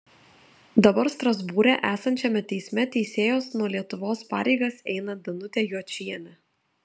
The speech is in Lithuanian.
dabar strasbūre esančiame teisme teisėjos nuo lietuvos pareigas eina danutė jočienė